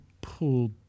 pulled